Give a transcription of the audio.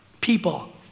people